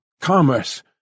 Commerce